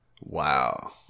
Wow